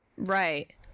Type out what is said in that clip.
Right